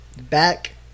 back